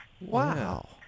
Wow